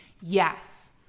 yes